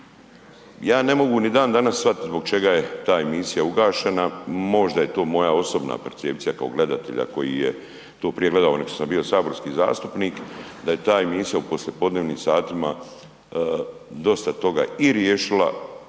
Ja ne mogu ni dan danas shvatiti zbog čega je ta emisija ugašena, možda je to moja osobna percepcija kao gledatelja koji je to prije gledao nego što sam bio saborski zastupnik, da je ta emisija u poslijepodnevnim satima dosta toga i riješila